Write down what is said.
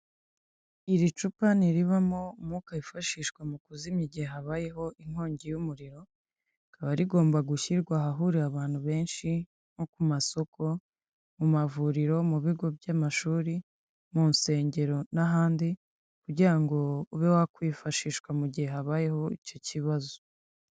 Iri cupa ntirivamo umwuka wifashishwa mu kuzimya, igihe habayeho inkongi y'umuriro, rikaba rigomba gushyirwa ahahurira abantu benshi nko ku masoko ,mu mavuriro ,mu bigo by'amashuri, mu nsengero n'ahandi kugira ngo ube wakwifashishwa mu gihe habayeho icyo kibazo.